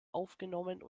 aufgenommen